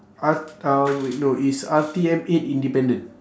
R um wait no it's R_T_M eight independent